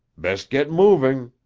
best get moving.